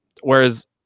whereas